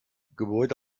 gebäude